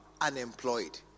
unemployed